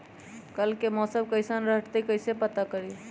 कल के मौसम कैसन रही कई से पता करी?